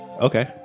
Okay